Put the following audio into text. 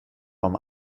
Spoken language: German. warm